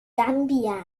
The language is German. gambia